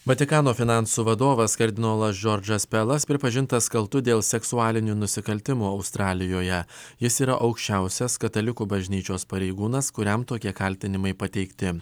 vatikano finansų vadovas kardinolas džordžas pelas pripažintas kaltu dėl seksualinių nusikaltimų australijoje jis yra aukščiausias katalikų bažnyčios pareigūnas kuriam tokie kaltinimai pateikti